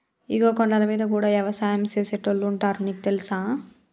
ఇగో కొండలమీద గూడా యవసాయం సేసేటోళ్లు ఉంటారు నీకు తెలుసా